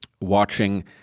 watching